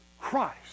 Christ